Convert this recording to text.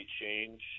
change